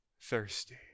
thirsty